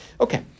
Okay